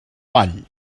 ball